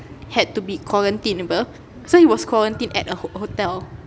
had to be quarantined [pe] so he was quarantined at a ho~ hotel